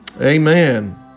Amen